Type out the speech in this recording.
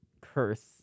curse